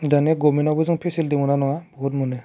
दानिया गभमेन्टआवबो जों फेसिलिटि मोना नङा बहुद मोनो